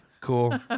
Cool